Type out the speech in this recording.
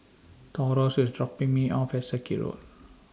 Taurus IS dropping Me off At Circuit Road